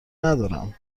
ندارم